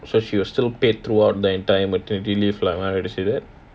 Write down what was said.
so she was still paid throughout the entire maternity leave lah am I right to say that